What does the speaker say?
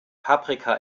paprika